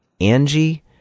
Angie